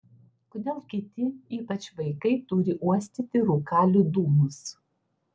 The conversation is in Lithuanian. kodėl kiti ypač vaikai turi uostyti rūkalių dūmus